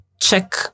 check